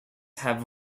have